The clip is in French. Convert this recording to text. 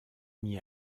mis